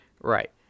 Right